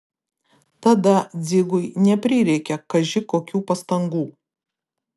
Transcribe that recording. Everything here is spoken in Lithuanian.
tada dzigui neprireikė kaži kokių pastangų